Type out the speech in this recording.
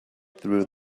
through